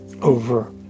over